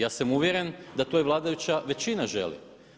Ja sam uvjeren da to i vladajuća većina želi.